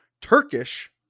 Turkish